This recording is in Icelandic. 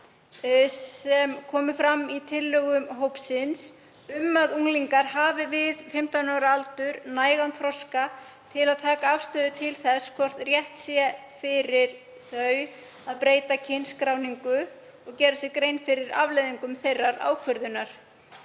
sem koma fram í tillögum hópsins um að unglingar hafi við 15 ára aldur nægan þroska til að taka afstöðu til þess hvort rétt sé fyrir þá að breyta kynskráningu og gera sér grein fyrir afleiðingum þeirrar ákvörðunar.